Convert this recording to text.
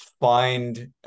find